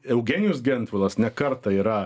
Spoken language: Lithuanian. eugenijus gentvilas ne kartą yra